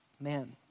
Man